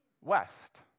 west